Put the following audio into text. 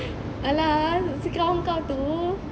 !alah! si kawan kau tu